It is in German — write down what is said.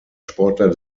sportler